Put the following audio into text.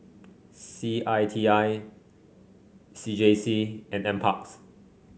C I T I C J C and N parks